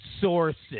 sources